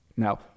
Now